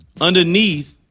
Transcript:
underneath